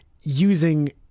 using